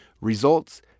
Results